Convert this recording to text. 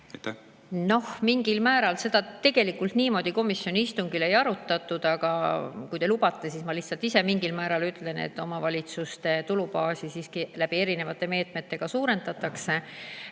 Noh, mingil määral. Seda tegelikult niimoodi komisjoni istungil ei arutatud, aga kui te lubate, siis ma lihtsalt ise ütlen, et omavalitsuste tulubaasi siiski erinevate meetmete abil suurendatakse.